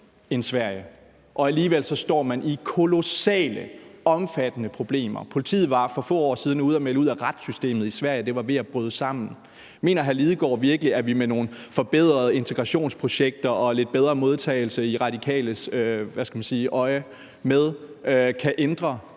end Sverige, og alligevel står man med kolossale, omfattende problemer. Politiet var for få år siden ude at melde ud, at retssystemet i Sverige var ved at bryde sammen. Mener hr. Martin Lidegaard virkelig, at vi med nogle forbedrede integrationsprojekter og en lidt bedre modtagelse, set med De Radikales øjne, kan ændre